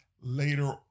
later